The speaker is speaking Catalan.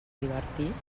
divertits